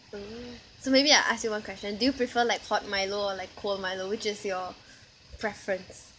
oh so maybe I ask you one question do you prefer like hot Milo or like cold Milo which is your preference